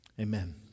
Amen